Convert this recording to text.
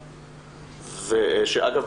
שאגב,